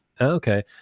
okay